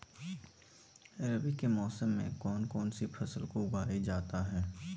रवि के मौसम में कौन कौन सी फसल को उगाई जाता है?